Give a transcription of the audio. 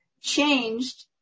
changed